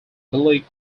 billy